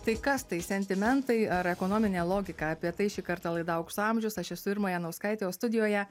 tai kas tai sentimentai ar ekonominė logika apie tai šį kartą laida aukso amžius aš esu irma janauskaitė o studijoje